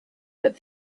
but